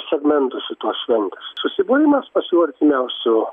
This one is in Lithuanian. segmentų su tuo švente susibūrimas pačių artimiausių